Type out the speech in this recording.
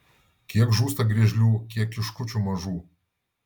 kiek žūsta griežlių kiek kiškučių mažų